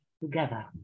together